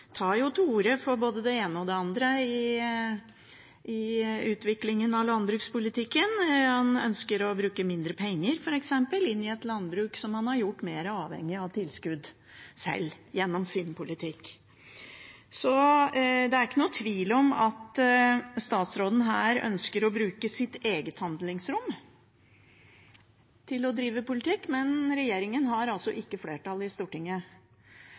til orde for både det ene og det andre i utviklingen av landbrukspolitikken, han ønsker å bruke mindre penger f.eks., inn i et landbruk som han sjøl gjennom sin politikk har gjort mer avhengig av tilskudd. Så det er ikke noen tvil om at statsråden ønsker å bruke sitt eget handlingsrom til å drive politikk, men regjeringen har altså ikke flertall i Stortinget